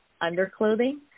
underclothing